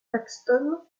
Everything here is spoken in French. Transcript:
paxton